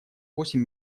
восемь